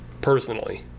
personally